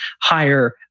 higher